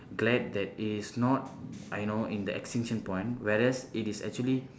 glad that it is not I know in the extinction point whereas it is actually